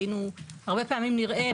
הרבה פעמים נראה,